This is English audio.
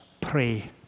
pray